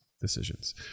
decisions